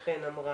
כפי שחן אמרה,